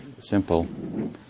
simple